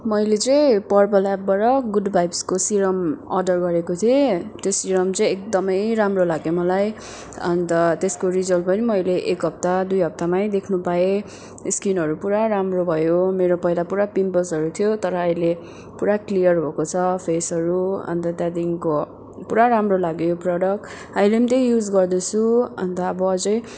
मैले चाहिँ पर्पल एपबाट गुड भाइभ्सको सिरम अर्डर गरेको थिएँ त्यो सिरम चाहिँ एकदमै राम्रो लाग्यो मलाई अन्त त्यसको रिजल्ट पनि मैले एक हप्ता दुई हप्तामा नै देख्नु पाएँ स्किनहरू पुरा राम्रो भयो पहिला मेरो पुरा पिम्पल्सहरू थियो तर अहिले पुरा क्लियर भएको छ फेसहरू अन्त त्यहाँदेखिको पुरा राम्रो लाग्यो यो प्रडक्ट अहिले पनि त्यही युज गर्दैछु अन्त अब अझै